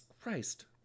Christ